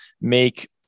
make